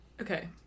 Okay